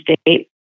state